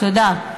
תודה.